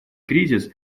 кризис